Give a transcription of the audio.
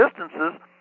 distances